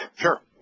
Sure